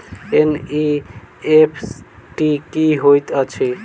NEFT की होइत अछि?